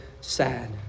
sad